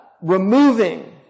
removing